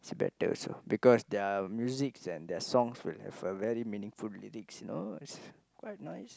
she better also because their musics and their songs will have a very meaningful lyrics you know is quite nice